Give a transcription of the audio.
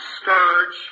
scourge